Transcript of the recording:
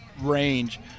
range